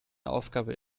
aufgabe